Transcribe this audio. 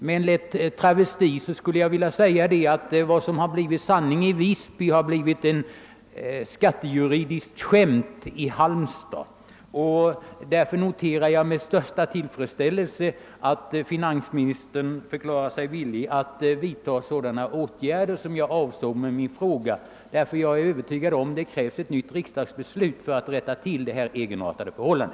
Med en lätt travesti skulle jag vilja säga att vad som är sanning i Visby har blivit ett skattejuridiskt skämt i Halmstad. Därför noterar jag med största tillfredsställelse att finansministern förklarar sig villig vidtaga sådana åtgärder som jag avsåg med min fråga. Jag är övertygad om att det krävs ett nytt riksdagsbeslut för att rätta till detta egenartade förhållande.